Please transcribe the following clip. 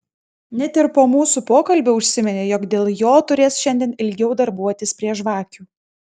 net ir po mūsų pokalbio užsiminė jog dėl jo turės šiandien ilgiau darbuotis prie žvakių